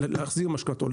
להחזיר משכנתאות.